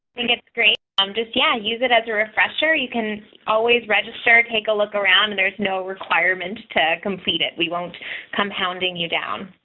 it's great i'm just yeah use it as a refresher you can always register take a look around and there's no requirement to complete it we won't compounding you down.